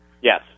Yes